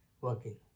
working